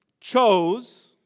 chose